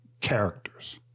characters